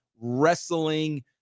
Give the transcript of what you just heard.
wrestling